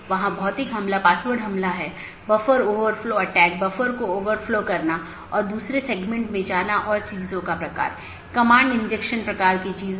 एक ज्ञात अनिवार्य विशेषता एट्रिब्यूट है जोकि सभी BGP कार्यान्वयन द्वारा पहचाना जाना चाहिए और हर अपडेट संदेश के लिए समान होना चाहिए